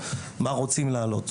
מה רוצים להעלות.